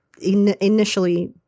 initially